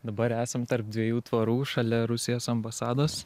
dabar esam tarp dviejų tvorų šalia rusijos ambasados